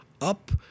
up